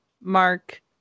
Mark